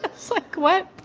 it's like, what?